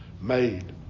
made